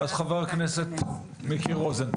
אז חבר הכנסת מיקי רוזנטל.